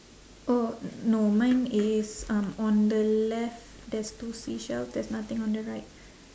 oh no mine is um on the left there's two seashell there's nothing on the right